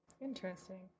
Interesting